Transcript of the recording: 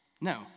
No